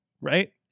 Right